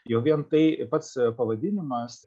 jau vien tai pats pavadinimas